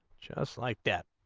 just like that